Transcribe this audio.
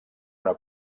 una